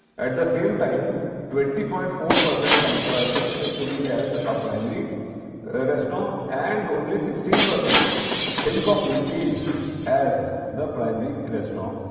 at the same time twenty point four percent thinks it to be as a primary restaurant and only sixteen percent think of wendy's as the primary restaurant.